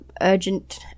urgent